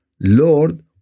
Lord